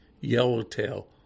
yellowtail